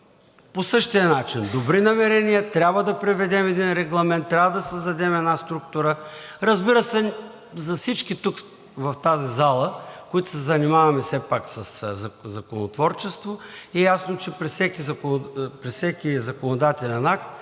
по същия начин – добри намерения, трябва да приведем един Регламент, трябва да създадем една структура. Разбира се, за всички тук в тази зала, които се занимаваме все пак със законотворчество, е ясно, че при всеки законодателен акт